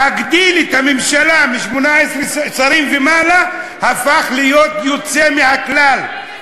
להגדיל את הממשלה מ-18 שרים ומעלה הפך להיות יוצא מהכלל,